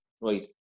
right